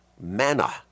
manna